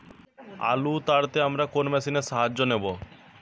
আলু তাড়তে আমরা কোন মেশিনের সাহায্য নেব?